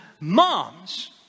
Moms